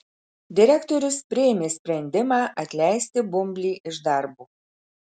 direktorius priėmė sprendimą atleisti bumblį iš darbo